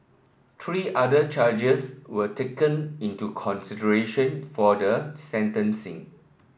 three other charges were taken into consideration for the sentencing